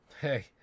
hey